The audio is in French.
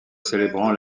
célébrant